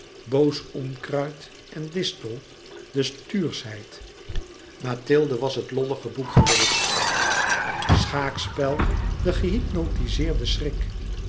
boos onkruid en distel de stuurschheid mathilde was het lollige boek geweest schaakspel de gehypnotizeerde schrik